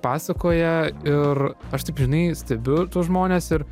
pasakoja ir aš taip žinai stebiu tuos žmones ir